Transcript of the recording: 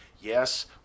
yes